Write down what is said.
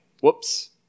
whoops